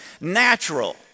natural